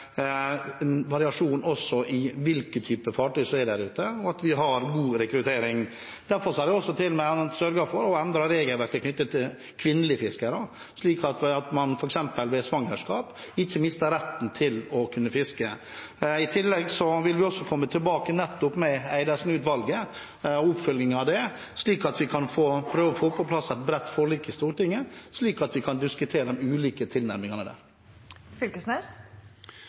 variasjon i hvilke typer fartøy som er der ute, og at vi har god rekruttering. Derfor har vi til og med sørget for å endre regelverket knyttet til kvinnelige fiskere, slik at man f.eks. ved svangerskap ikke mister retten til å kunne fiske. I tillegg vil vi komme tilbake til Stortinget med oppfølgingen av nettopp Eidesen-utvalget, slik at vi kan diskutere de ulike tilnærmingene der og prøve å få på plass et bredt forlik i Stortinget.